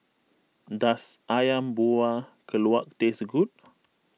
does Ayam Buah Keluak taste good